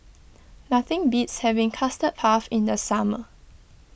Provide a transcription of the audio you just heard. nothing beats having Custard Puff in the summer